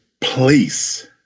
place